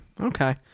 Okay